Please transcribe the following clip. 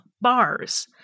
bars